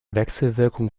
wechselwirkung